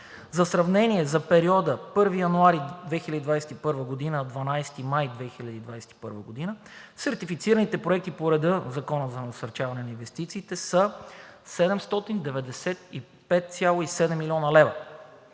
За сравнение в периода 1 януари 2021 г. – 12 май 2021 г. сертифицираните проекти по реда на Закона за насърчаване на инвестициите са 795,7 млн. лв.